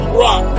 rock